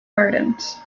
gardens